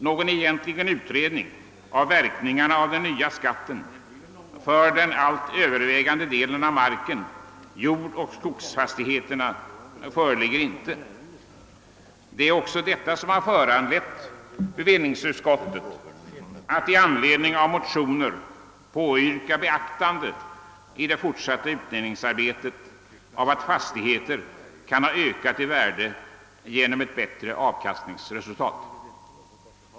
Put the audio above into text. Någon egentlig utredning om verkningarna av den nya skatten för den övervägande delen av marken, jordoch skogsfastigheterna, föreligger inte. Detta har föranlett bevillningsutskottet att i anledning av motioner påyrka beaktandet i det fortsatta utredningsarbetet av att fastigheter kan ha ökat i värde genom bättre avkastning.